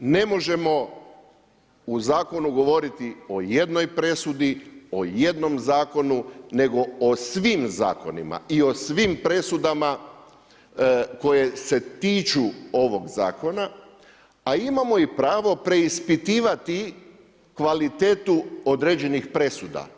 Ne možemo u zakonu govoriti o jednoj presudi, o jednom zakonu, nego o svim zakonima i o svim presudama koje se tiču ovog Zakona, a imamo i pravo preispitivati kvalitetu određenih presuda.